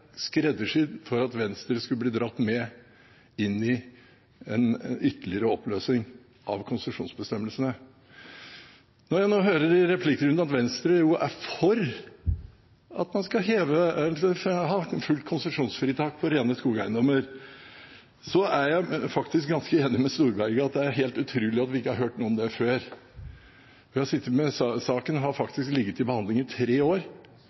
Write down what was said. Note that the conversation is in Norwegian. skreddersydd for at Venstre skulle bli dratt med inn i en ytterligere oppløsning av konsesjonsbestemmelsene. Når jeg nå hører i replikkrunden at Venstre er for at man skal ha fullt konsesjonsfritak på rene skogeiendommer, er jeg faktisk ganske enig med Storberget i at det er helt utrolig at ikke vi har hørt noe om det før. Saken har faktisk ligget til behandling i tre år